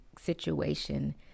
situation